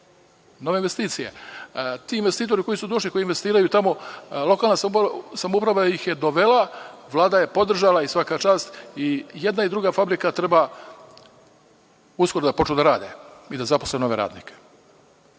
nove investicije. Ti investitori koji su došli, koji investiraju tamo, lokalna samouprava ih je dovela, Vlada je podržala i svaka čast, i jedna i druga fabrika treba uskoro da počnu da rade i da zaposle nove radnike.